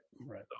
Right